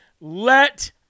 let